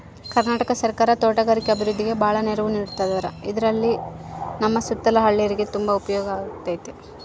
ಕರ್ನಾಟಕ ಸರ್ಕಾರ ತೋಟಗಾರಿಕೆ ಅಭಿವೃದ್ಧಿಗೆ ಬಾಳ ನೆರವು ನೀಡತದಾರ ಇದರಲಾಸಿ ನಮ್ಮ ಸುತ್ತಲ ಹಳ್ಳೇರಿಗೆ ತುಂಬಾ ಉಪಯೋಗ ಆಗಕತ್ತತೆ